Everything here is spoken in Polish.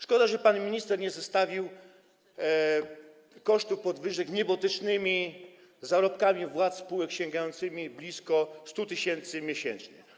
Szkoda, że pan minister nie zestawił kosztów podwyżek z niebotycznymi zarobkami władz spółek, sięgającymi blisko 100 tys. miesięcznie.